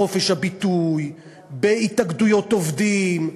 בחופש הביטוי, בהתאגדויות עובדים,